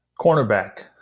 Cornerback